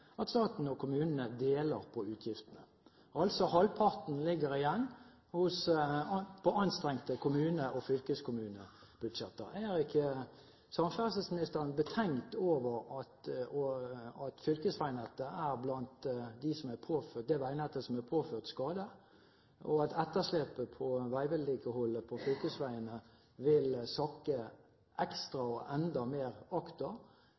at staten og kommunen deler på utgiftene. Halvparten ligger altså igjen på anstrengte kommune- og fylkeskommunebudsjetter. Er ikke samferdselsministeren betenkt over at fylkesveinettet er blant de veinett som er påført skader, og at etterslepet på veivedlikeholdet på fylkesveiene vil sakke ekstra og enda mer